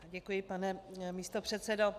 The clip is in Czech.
Děkuji, pane místopředsedo.